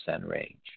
range